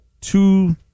two